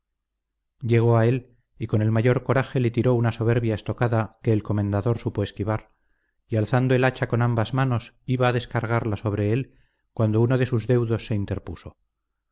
llegó a él y con el mayor coraje le tiró una soberbia estocada que el comendador supo esquivar y alzando el hacha con ambas manos iba a descargarla sobre él cuando uno de sus deudos se interpuso